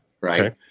right